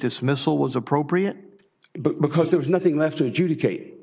dismissal was appropriate but because there was nothing left to adjudicate